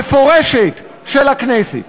מפורשת של הכנסת.